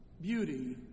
beauty